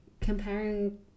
comparing